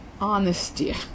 honesty